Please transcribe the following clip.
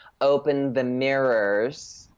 open-the-mirrors –